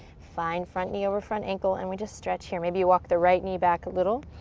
find front knee over front ankle, and we just stretch here. maybe you walk the right knee back a little.